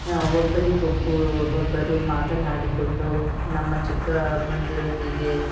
ಒಬ್ಬರಿಗೊಬ್ಬು ಒಬ್ಬರು ಮಾತನಾಡಿಕೊಂಡು ನಮ್ಮ ಚಿಕ್ಕ ಅಮ್ಮಂದಿರೊಂದಿಗೆ